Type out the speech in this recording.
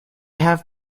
have